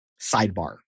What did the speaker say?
sidebar